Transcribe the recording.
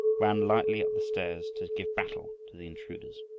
ran lightly up the stairs to give battle to the intruders.